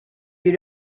you